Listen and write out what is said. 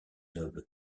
nobles